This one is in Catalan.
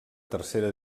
tercera